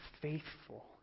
faithful